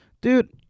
Dude